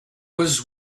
was